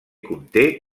conté